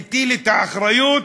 מטיל את האחריות,